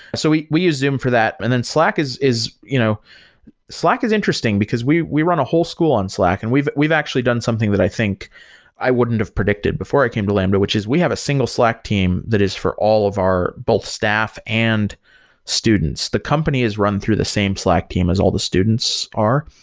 so, we we use zoom for that. and then slack is is you know interesting, because we we run a whole school on slack, and we've we've actually done something that i think i wouldn't have predicted before i came to lambda, which is we have a single slack team that is for all of our both staff and students. the company is run through the same slack team as all the students are,